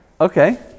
Okay